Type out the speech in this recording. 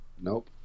nope